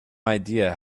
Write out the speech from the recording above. idea